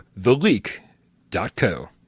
TheLeak.co